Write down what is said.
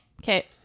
Okay